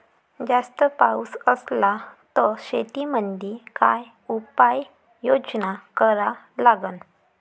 जास्त पाऊस असला त शेतीमंदी काय उपाययोजना करा लागन?